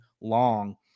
long